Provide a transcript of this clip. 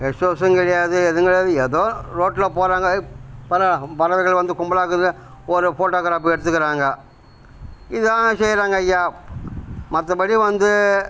guest ஹவுஸூம் கிடையாது எதுவும் கிடையாது ஏதோ ரோட்டில் போறாங்க ஏ பார்டா பறவைகள் வந்து கும்பலாக்குது ஒரு போட்டோகிராஃப்பு எடுத்துக்கிறாங்க இதுதான் செய்கிறாங்க ஐயா மற்றபடி வந்து